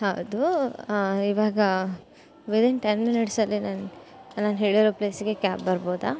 ಹೌದು ಇವಾಗ within ten ಮಿನಿಟ್ಸಲ್ಲಿ ನನ್ನ ನಾನು ಹೇಳಿರೋ ಪ್ಲೇಸಿಗೆ ಕ್ಯಾಬ್ ಬರ್ಬೋದಾ